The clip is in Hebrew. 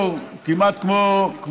כמו ארגון טרור,